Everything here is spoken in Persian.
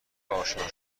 آشنا